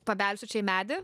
pabelsiu čia į medį